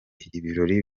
ibirori